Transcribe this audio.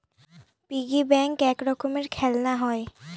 piggy bank এক রকমের খেলনা হয়